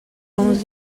dans